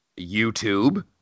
YouTube